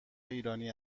ایرانی